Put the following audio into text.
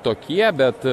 tokie bet